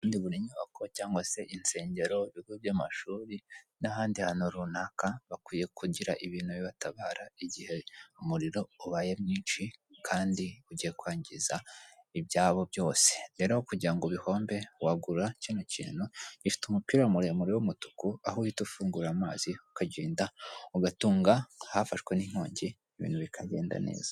Ubundi buri nyubako cyangwa se insengero, ibigo by'amashuri n'ahandi hantu runaka, bakwiye kugira ibintu bibatabara igihe umuriro ubaye mwinshi kandi ugiye kwangiza ibyabo byose. Rero aho kugirango bihombe wagura kino kintu, gifite umupira muremure w'umutuku, aho uhita ufungura amazi ukagenda ugatunga hafashwe n'inkongi ibintu bikagenda neza.